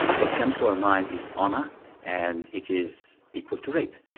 what comes to our mind is honour and it is equal to rape.